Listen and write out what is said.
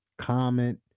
comment